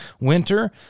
winter